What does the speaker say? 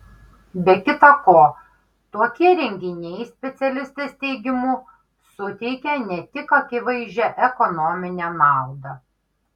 be kita ko tokie renginiai specialistės teigimu suteikia ne tik akivaizdžią ekonominę naudą